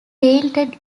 painted